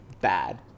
bad